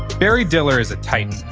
barry diller is a titan.